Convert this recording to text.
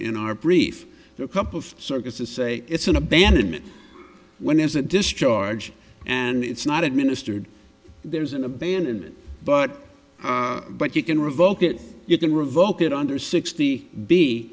in our brief cup of circuits to say it's an abandonment when there's a discharge and it's not administered there's an abandonment but but you can revoke it you can revoke it under sixty be